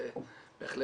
תודה.